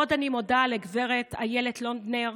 עוד אני מודה לגב' אילה לונדנר,